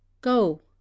go